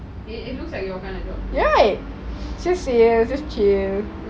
it looks like your kind of job